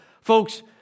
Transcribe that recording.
Folks